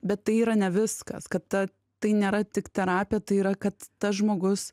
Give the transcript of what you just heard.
bet tai yra ne viskas kad ta tai nėra tik terapija tai yra kad tas žmogus